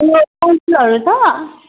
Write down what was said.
उयो हरू छ